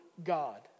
God